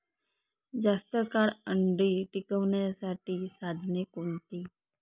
जास्त काळ अंडी टिकवण्यासाठी साधने कोणती?